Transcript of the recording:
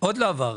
עוד לא עבר.